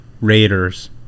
Raiders